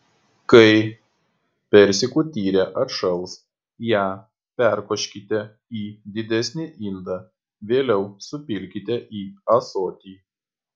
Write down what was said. kai persikų tyrė atšals ją perkoškite į didesnį indą vėliau supilkite į ąsotį